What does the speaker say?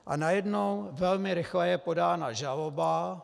A najednou velmi rychle je podána žaloba.